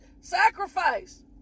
sacrifice